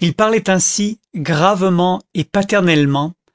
il parlait ainsi gravement et